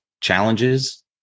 challenges